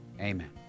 Amen